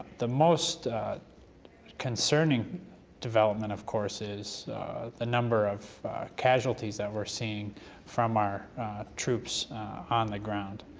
the most concerning development, of course, is the number of casualties that we're seeing from our troops on the ground.